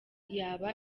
yaba